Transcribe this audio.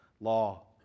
law